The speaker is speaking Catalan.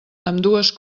ambdues